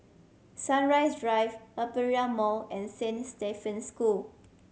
Sunrise Drive Aperia Mall and Saint Stephen's School